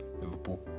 Liverpool